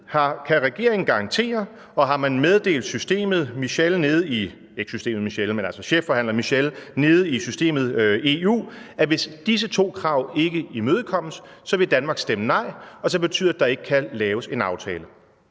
Kan regeringen garantere og har man meddelt chefforhandler Michel nede i systemet i EU, at hvis disse to krav ikke imødekommes, vil Danmark stemme nej, og så betyder det, at der ikke kan laves en aftale?